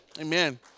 Amen